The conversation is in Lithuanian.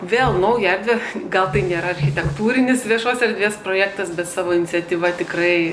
vėl naują erdvę gal tai nėra architektūrinis viešos erdvės projektas bet savo iniciatyva tikrai